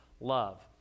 love